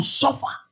suffer